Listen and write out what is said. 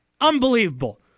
Unbelievable